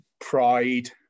pride